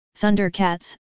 Thundercats